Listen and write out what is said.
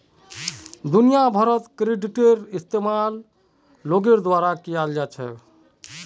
दुनिया भरत क्रेडिटेर इस्तेमाल लोगोर द्वारा कियाल जा छेक